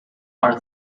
are